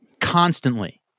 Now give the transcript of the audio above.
constantly